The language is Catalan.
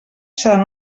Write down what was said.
seran